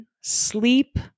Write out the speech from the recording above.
sleep